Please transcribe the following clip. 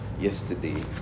yesterday